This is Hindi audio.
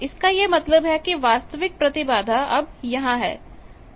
इसका यह मतलब है कि वास्तविक प्रतिबाधा अब यहां है